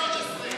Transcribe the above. גם כלול בחוק שלך?